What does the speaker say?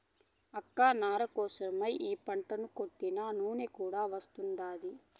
అక్క నార కోసరమై ఈ పంటను కొంటినా నూనె కూడా వస్తాండాది